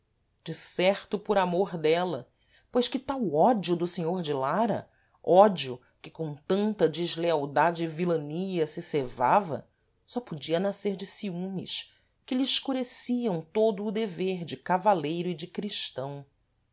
morte de certo por amor dela pois que tal ódio do senhor de lara ódio que com tanta deslealdade e vilania se cevava só podia nascer de ciumes que lhe escureciam todo o dever de cavaleiro e de cristão